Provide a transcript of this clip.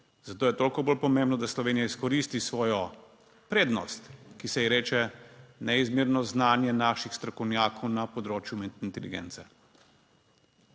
zato je toliko bolj pomembno, da Slovenija izkoristi svojo prednost, ki se ji reče neizmerno znanje naših strokovnjakov na področju umetne inteligence.